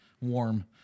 warm